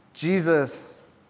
Jesus